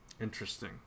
Interesting